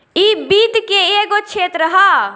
इ वित्त के एगो क्षेत्र ह